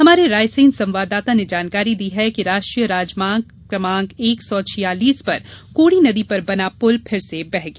हमारे रायसेन संवाददाता ने जानकारी दी है कि राष्ट्रीय राजमार्ग कमांक एक सौ छियालीस पर कोड़ी नदी पर बना पुल फिर बह गया